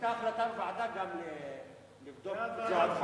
היתה החלטת ועדה גם לבדוק את זה עוד פעם.